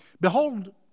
Behold